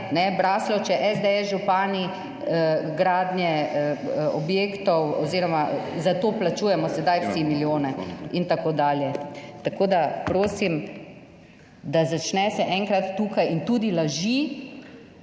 Braslovče, SDS, župani, gradnje objektov oziroma za to plačujemo sedaj vsi milijone in tako dalje. Tako, da prosim, da začne se enkrat tukaj in tudi laži,